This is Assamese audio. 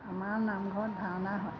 আমাৰ নামঘৰত ভাওনা হয়